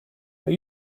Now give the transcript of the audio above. are